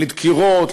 לדקירות,